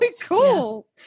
cool